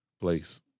place